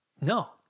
no